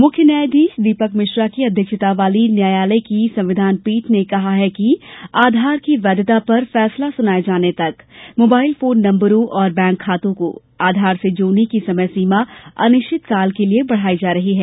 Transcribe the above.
मुख्य न्यायाधीश दीपक मिश्रा की अध्यक्षता वाली न्यायालय की संविधान पीठ ने कहा है कि आधार की वैधता पर फैसला सुनाए जाने तक मोबाइल फोन नम्बरों और बैंक खातों को आधार से जोड़ने की समयसीमा अनिश्चितकाल के लिए बढ़ाई जा रही है